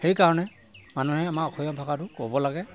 সেইকাৰণে মানুহে আমাৰ অসমীয়া ভাষাটো ক'ব লাগে